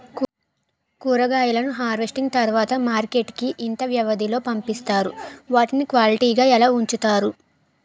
కూరగాయలను హార్వెస్టింగ్ తర్వాత మార్కెట్ కి ఇంత వ్యవది లొ పంపిస్తారు? వాటిని క్వాలిటీ గా ఎలా వుంచుతారు?